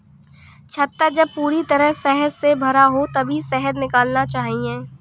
छत्ता जब पूरी तरह शहद से भरा हो तभी शहद निकालना चाहिए